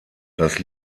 das